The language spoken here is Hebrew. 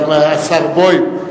גם השר בוים,